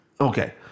okay